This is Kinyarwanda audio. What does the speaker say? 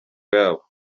yabo